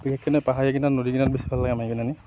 বিশেষকৈ পাহাৰীয়া কিনাৰত নদীৰ কিনাৰত বেছি ভাল লাগে মাৰি পেলাহিনি